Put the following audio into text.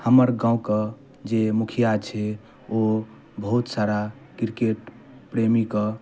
हमर गाँव कऽ जे मुखिआ छै ओ बहुत सारा क्रिकेट प्रेमी कऽ